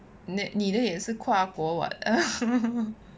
那你的也是跨国 what